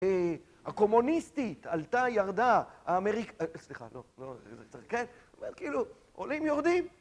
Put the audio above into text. הקומוניסטית עלתה ירדה, האמריק... סליחה, לא, לא, כן, זאת אומרת, כאילו, עולים יורדים.